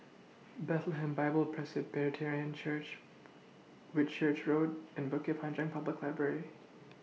Bethlehem Bible Presbyterian Church Whitchurch Road and Bukit Panjang Public Library